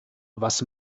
was